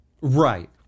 Right